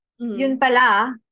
Yunpala